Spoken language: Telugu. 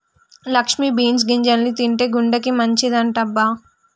లక్ష్మి బీన్స్ గింజల్ని తింటే గుండెకి మంచిదంటబ్బ